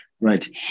right